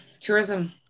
tourism